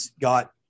got